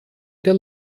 der